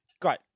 Great